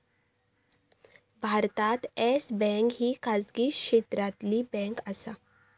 भारतात Yes Bank ही खाजगी क्षेत्रातली बँक आसा